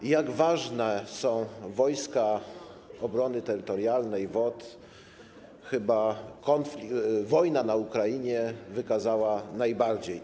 To, jak ważne są Wojska Obrony Terytorialnej, WOT, chyba wojna na Ukrainie wykazała najbardziej.